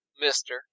Mister